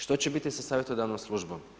Što će biti sa savjetodavnom službom?